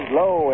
low